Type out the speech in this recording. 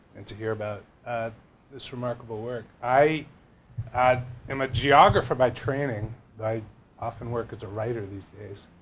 and to hear about this remarkable work. i i am a geographer by training i often work as a writer these days.